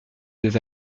des